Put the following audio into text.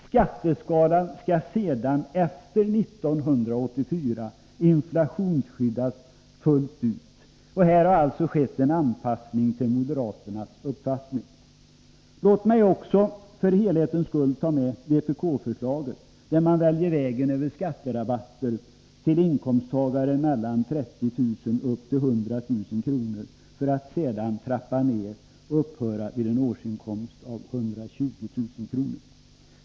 Skatteskalan skall sedan, efter 1984, inflationsskyddas fullt ut. Här har det alltså skett en anpassning till moderaternas uppfattning. Låt mig också, för helhetens skull, ta med vpk-förslaget, vari man väljer vägen över skatterabatter till inkomsttagare med mellan 30 000 kr. och upp till 100 000 kr. om året, för att sedan trappa ner dem och låta dem upphöra vid en årsinkomst av 120 000 kr.